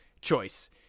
choice